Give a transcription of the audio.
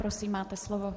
Prosím, máte slovo.